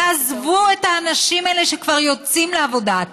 תעזבו את האנשים האלה שכבר יוצאים לעבודה.